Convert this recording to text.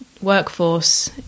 workforce